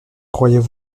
croyais